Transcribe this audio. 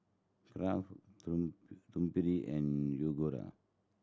Kraft Triumph and Yoguru